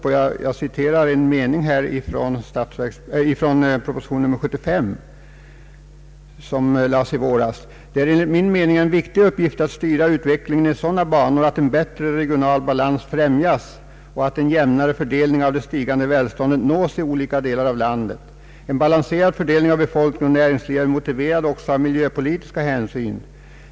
Jag skall be att få citera några meningar i proposition nr 75, som framlades i våras: ”Det är en ligt min mening en viktig uppgift att styra utvecklingen i sådana banor att en bättre regional balans främjas och att en jämnare fördelning av det stigande välständet nås i olika delar av landet. En balanserad fördelning av befolkning och näringsliv är motiverad också av miljöpolitiska hänsyn.